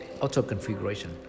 Auto-configuration